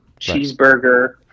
cheeseburger